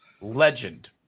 Legend